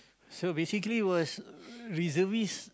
so basically was reservist